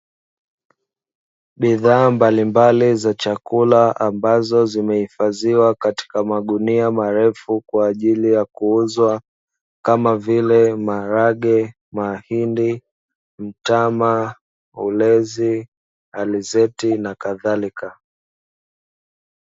Bidhaa mbalimbali za chakula ambazo zimehifadhiwa katika magunia marefu, kwa ajili ya kuuzwa, kama vile: maharage, mahindi, mtama, ulezi, alizeti na kadhalika.